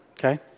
Okay